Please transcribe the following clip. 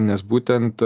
nes būtent